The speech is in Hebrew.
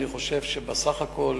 אני חושב שבסך הכול